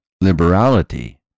liberality